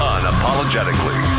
Unapologetically